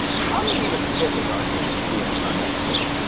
how do you even pick a darkest d s nine episode?